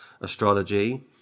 astrology